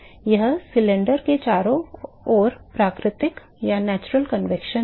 तो यह सिलिंडर के चारों ओर प्राकृतिक संवहन है